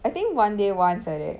I think one day once like that